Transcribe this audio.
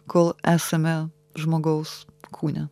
kol esame žmogaus kūne